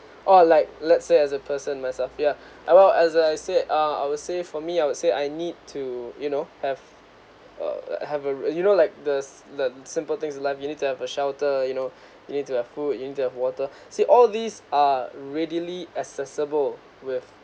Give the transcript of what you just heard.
or like let's say as a person myself yeah ah well as I say uh I would say for me I would say I need to you know have a have a you know like the s~ the simple things in life you need to have a shelter you know you need to have food you need to have water see all these are readily accessible with